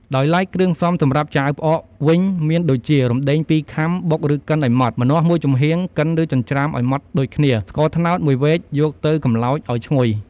ដោយឡែកគ្រឿងផ្សំសម្រាប់ចាវផ្អកវិញ មានដូចជា រំដែង ២ខាំ បុក ឬកិនឱ្យម៉ដ្ឋ ម្នាស់ មួយចំហៀង កិន ឬ ចិញ្ច្រាំឱ្យម៉ដ្ឋដូចគ្នា ស្ករត្នោត មួយវែក យកទៅកម្លោចឱ្យឈ្ងុយ។